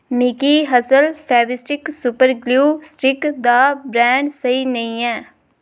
मिगी हासल Fevistick super glue stick दा ब्रैंड स्हेई नेईं ऐ